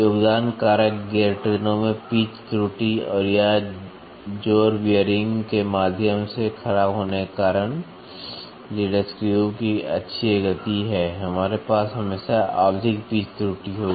योगदान कारक गियर ट्रेनों में पिच त्रुटि और या जोर बीयरिंग के माध्यम से खराब होने के कारण लीड स्क्रू की अक्षीय गति है हमारे पास हमेशा आवधिक पिच त्रुटि होगी